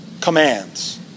commands